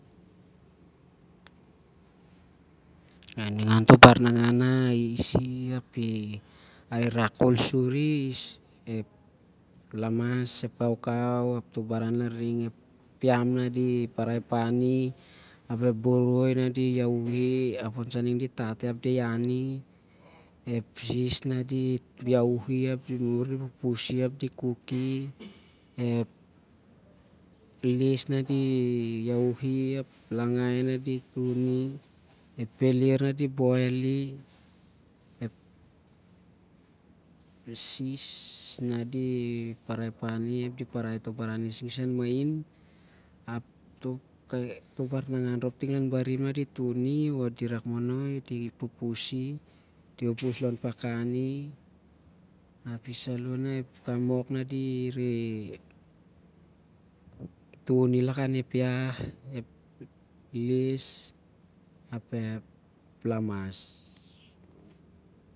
Ningan toh bar- nangan na i- isi- ap areh rak khol suri, ep lamas. ep kaukau. ap toh baran larning. ep piam nah di parai pani, ap ep boroi nah di iahwuhi ap on saning di- tati, ap ep sis na di iahwuhi ap di- pupusi, o di kuki. ep les na di iahwuhi, ep langai na di tuni, ep pelir na di boili, ep sis na di paraipani ap di parai toh baran ngisnis an- mahin toh barnangan rhop ting lon barim na di tuni o- di- rak monoi di pupusi o di pupus lon pakani, api saloh ep kamok na di neh tuni lakan ep iah. les ap ep lamas.